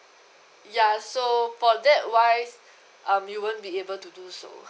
ya so for that wise um you won't be able to do so